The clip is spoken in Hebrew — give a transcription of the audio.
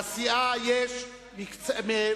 לסיעה יש מכסה,